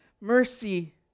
mercy